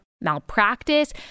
malpractice